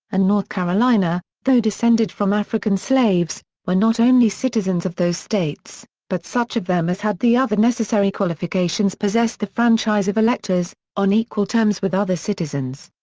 and north carolina, though descended from african slaves, were not only citizens of those states, but such of them as had the other necessary qualifications possessed the franchise of electors, on equal terms with other citizens.